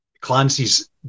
Clancy's